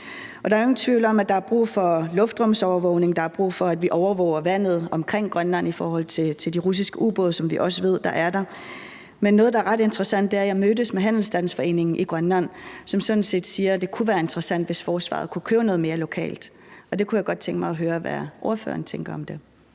er jo ingen tvivl om, at der er brug for luftrumsovervågning, og at der er brug for, at vi overvåger vandet omkring Grønland i forhold til de russiske ubåde, som vi også ved er der. Men noget, der var ret interessant, var, at jeg mødtes med handelsstandsforeningen i Grønland, som sådan set siger, at det kunne være interessant, hvis forsvaret kunne købe noget mere lokalt. Og der kunne jeg godt tænke mig at høre, hvad ordføreren tænker om det.